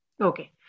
Okay